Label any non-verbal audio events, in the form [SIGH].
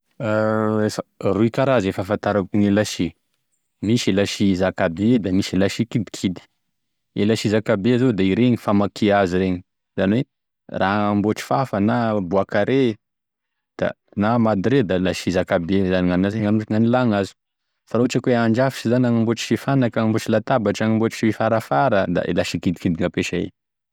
[HESITATION] Roy karazana e fahafantarako e lasy, misy e lasy zakabe da evakoa e lasy kidikidy, e lasy zakabe zao da izy iregny famakia hazo iregny ,izany hoe raha agnambotry fafa, na bois carré da na madrier da lasy zakabe zany gn'anazy gnanila gn'hazo, fa raha ohatra ka hoe handrafitry zany hagnambotry sy fanaky, hagnabotry latabatry, hagnamboatry sy farafara da e lasy kidikidy gn'ampesay.